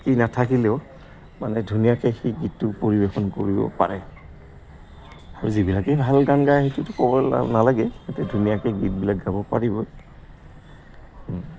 কি নাথাকিলেও মানে ধুনীয়াকে সেই গীতটো পৰিৱেশন কৰিব পাৰে আৰু যিবিলাকেই ভাল গান গায় সেইটোতো ক'ব নালাগে এতে ধুনীয়াকে গীতবিলাক গাব পাৰিব